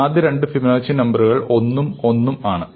ആദ്യത്തെ രണ്ട് ഫിബൊനാച്ചി നമ്പറുകൾ 1 ഉം 1 ഉം ആണ്